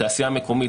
התעשייה המקומית,